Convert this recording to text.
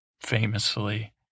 famously